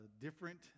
different